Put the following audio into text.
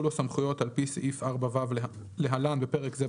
לו סמכויות על פי סעיף 4(ו) (להלן בפרק זה,